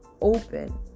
open